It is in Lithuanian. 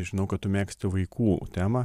žinau kad tu mėgsti vaikų temą